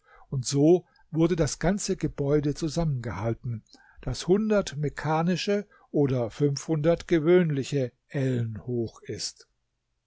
und so wurde das ganze gebäude zusammengehalten das hundert mekkanische oder fünfhundert gewöhnliche ellen hoch ist